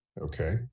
Okay